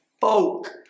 folk